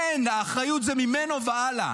אין, האחריות זה ממנו והלאה.